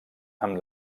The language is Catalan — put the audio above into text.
amb